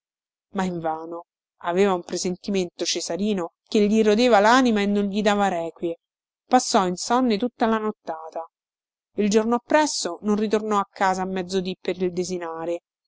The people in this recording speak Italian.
ma invano aveva un presentimento cesarino che gli rodeva lanima e non gli dava requie passò insonne tutta la nottata il giorno appresso non ritornò a casa a mezzodì per il desinare